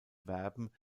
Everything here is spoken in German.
verben